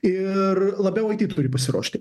ir labiau turi pasiruošti